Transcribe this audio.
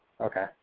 okay